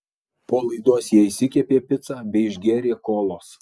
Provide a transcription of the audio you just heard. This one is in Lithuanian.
po laidos jie išsikepė picą bei išgėrė kolos